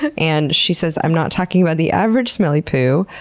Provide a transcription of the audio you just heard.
and and she says i'm not talking about the average smelly poo,